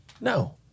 no